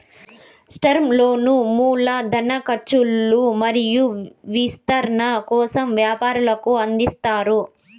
term లోన్లు మూల ధన కర్చు మరియు విస్తరణ కోసం వ్యాపారులకు అందిస్తారు